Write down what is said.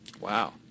Wow